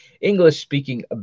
English-speaking